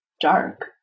dark